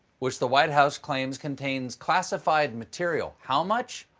which the white house claims contains classified material. how much?